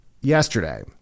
yesterday